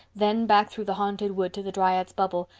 then back through the haunted wood to the dryad's bubble,